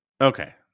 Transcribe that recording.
Okay